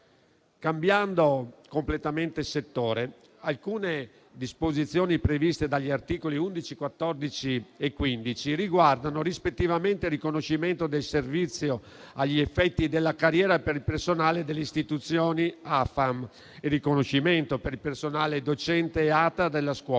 Cambiando completamente settore, alcune disposizioni previste dagli articoli 11, 14 e 15 riguardano rispettivamente il riconoscimento del servizio agli effetti della carriera per il personale delle istituzioni AFAM, il riconoscimento per il personale docente e amministrativo,